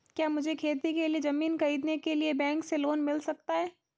क्या मुझे खेती के लिए ज़मीन खरीदने के लिए बैंक से लोन मिल सकता है?